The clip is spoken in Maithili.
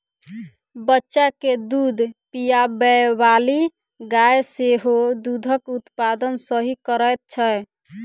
बच्चा के दूध पिआबैबाली गाय सेहो दूधक उत्पादन सही करैत छै